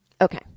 Okay